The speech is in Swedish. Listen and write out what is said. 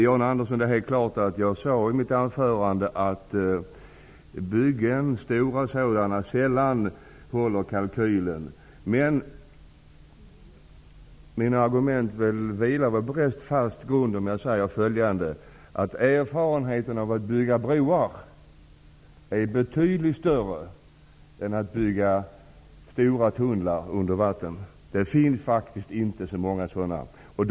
Jan Andersson, det är klart att jag sade i mitt anförande att stora byggen sällan håller kalkylen. Men mina argument vilar på en fast grund. Erfarenheten av att bygga broar är betydligt större än att bygga stora tunnlar under vatten. Det finns faktiskt inte så många tunnlar.